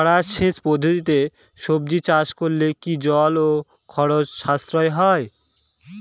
খরা সেচ পদ্ধতিতে সবজি চাষ করলে কি জল ও খরচ সাশ্রয় হয়?